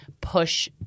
push